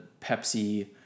Pepsi